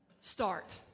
Start